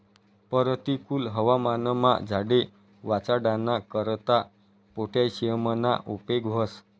परतिकुल हवामानमा झाडे वाचाडाना करता पोटॅशियमना उपेग व्हस